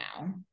now